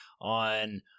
on